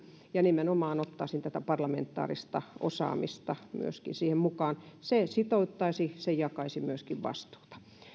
ja ottaisin nimenomaan myöskin tätä parlamentaarista osaamista siihen mukaan se sitouttaisi se jakaisi myöskin vastuuta